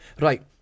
Right